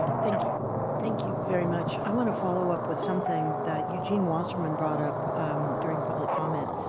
thank you thank you very much, i want to follow up with something that eugene wasserman brought up during public comment,